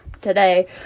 today